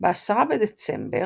ב-10 בדצמבר,